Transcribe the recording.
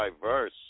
diverse